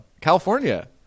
california